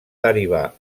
derivar